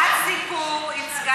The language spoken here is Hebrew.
שעת סיפור עם סגן השר.